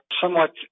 somewhat